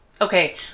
Okay